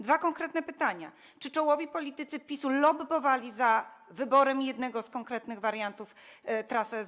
Dwa konkretne pytania: Czy czołowi politycy PiS lobbowali za wyborem jednego z konkretnych wariantów trasy S12?